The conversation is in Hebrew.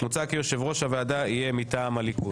מוצע כי יושב-ראש הוועדה יהיה מטעם הליכוד.